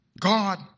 God